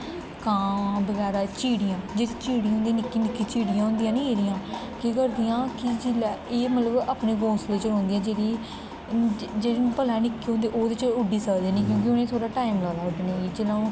कां बगैरा चिड़ियां जेह्ड़ी चिड़ी होंदी निक्की निक्की चिड़ियां होंदियां नी जेह्ड़ियां केह् करदियां कि जेल्लै एह् मतलब अपने घोंसले च रौंह्दियां जेह्ड़े जेह्ड़े भलेआं गै निक्के होंदे ओह्दे च उड्डी सकदे निं क्योंकि उ'नेंगी थोह्ड़ा टाईम लगदा उड्ढने गी जियां